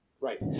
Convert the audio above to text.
Right